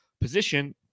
position